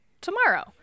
tomorrow